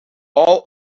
all